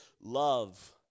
love